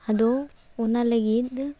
ᱟᱫᱚ ᱚᱱᱟ ᱞᱟᱹᱜᱤᱫ